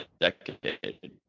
decade